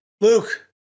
Luke